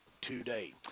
today